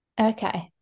Okay